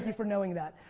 for knowing that.